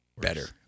Better